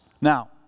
Now